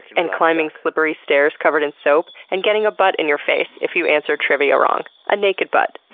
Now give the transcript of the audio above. and climbing slippery stairs covered in soap? and getting a butt in your face if you answer trivia wrong. a naked butt.